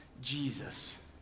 Jesus